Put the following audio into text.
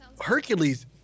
Hercules